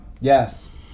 Yes